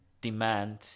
demand